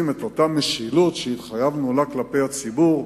את אותה משילות שהתחייבנו לה כלפי הציבור.